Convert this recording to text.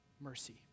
mercy